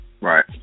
Right